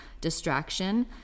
distraction